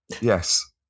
yes